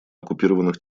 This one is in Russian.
оккупированных